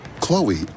Chloe